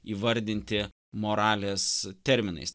įvardinti moralės terminais